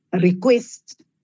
request